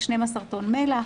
ב-12 טון מלח.